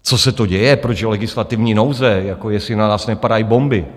Co se to děje, proč je legislativní nouze, jako jestli na nás nepadají bomby?